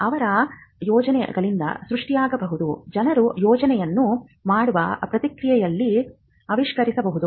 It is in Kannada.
ಅವರ ಯೋಜನೆಗಳಿಂದ ಸೃಷ್ಟಿಯಾಗಬಹುದು ಜನರು ಯೋಜನೆಯನ್ನು ಮಾಡುವ ಪ್ರಕ್ರಿಯೆಯಲ್ಲಿ ಆವಿಷ್ಕರಿಸಬಹುದು